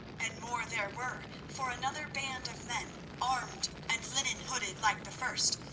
and more there were, for another band of men armed and linen-hooded like the first,